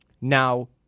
Now